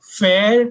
fair